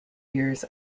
years